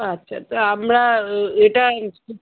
আচ্চা তা আমরা এটার কী